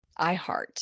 iHeart